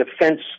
defense